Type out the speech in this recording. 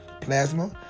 plasma